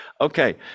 Okay